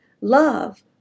love